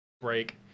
break